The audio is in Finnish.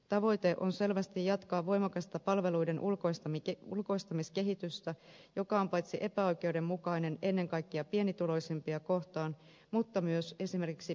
tavoite on selvästi jatkaa voimakasta palveluiden ulkoistamiskehitystä joka on epäoikeudenmukainen paitsi ennen kaikkea pienituloisimpia myös esimerkiksi pienyrittäjiä kohtaan